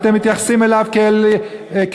אתם מתייחסים אליו כאל,